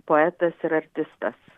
poetas ir artistas